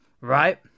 Right